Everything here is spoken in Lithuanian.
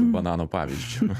banano pavyzdžiu